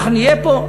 אנחנו נהיה פה.